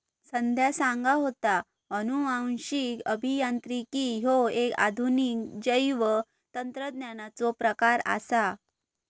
संध्या सांगा होता, अनुवांशिक अभियांत्रिकी ह्यो एक आधुनिक जैवतंत्रज्ञानाचो प्रकार आसा